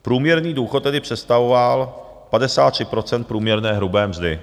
Průměrný důchod tedy představoval 53 % průměrné hrubé mzdy.